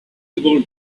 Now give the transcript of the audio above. able